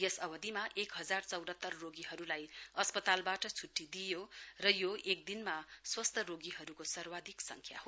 यस अवधिमा एक हजार चौरातर रोगीहरूलाई अस्पतालबाट छुट्टी दिइयो र यो एक दिनमा स्वस्थ रोगीहरूको सर्वाधिक सङ्ख्या हो